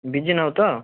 busy ନାହୁଁ ତ